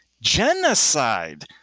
genocide